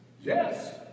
Yes